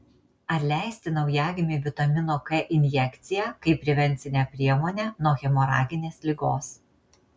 ar leisti naujagimiui vitamino k injekciją kaip prevencinę priemonę nuo hemoraginės ligos